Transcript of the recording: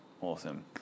Awesome